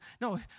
No